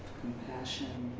compassion,